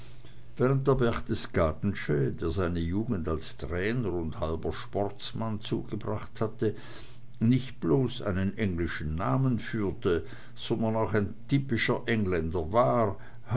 während der berchtesgadensche der seine jugend als trainer und halber sportsmann zugebracht hatte nicht bloß einen englischen namen führte sondern auch ein typischer engländer war